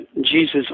Jesus